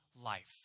life